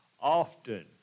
often